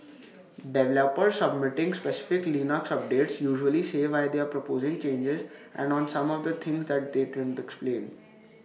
developers submitting specific Linux updates usually say why they're proposing changes and on some of the things they didn't explain